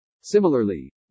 Similarly